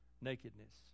nakedness